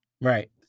right